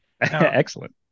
excellent